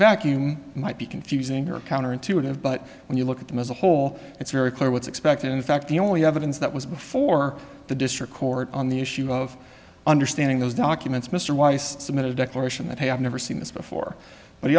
vacuum might be confusing or counterintuitive but when you look at them as a whole it's very clear what's expected in fact the only evidence that was before the district court on the issue of understanding those documents mr weiss submitted a declaration that have never seen this before but he